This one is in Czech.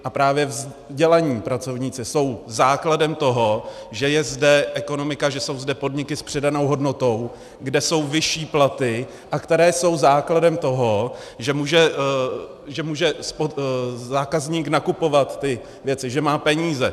A právě vzdělaní pracovníci jsou základem toho, že je zde ekonomika, že jsou zde podniky s přidanou hodnotou, kde jsou vyšší platy a které jsou základem toho, že může zákazník nakupovat věci, že má peníze.